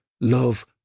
love